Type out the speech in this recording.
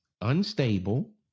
unstable